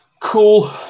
Cool